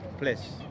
place